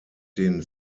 den